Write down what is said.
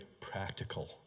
practical